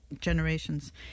generations